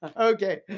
Okay